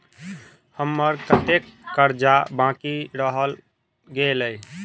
हम्मर कत्तेक कर्जा बाकी रहल गेलइ?